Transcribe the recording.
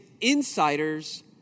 insiders